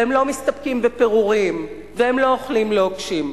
והם לא מסתפקים בפירורים, והם לא אוכלים לוקשים.